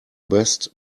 best